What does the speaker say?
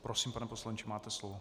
Prosím, pane poslanče, máte slovo.